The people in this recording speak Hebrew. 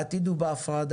העתיד הוא בהפרדה,